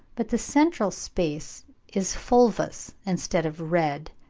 but the central space is fulvous instead of red,